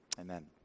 Amen